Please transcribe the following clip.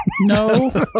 No